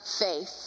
faith